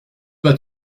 pas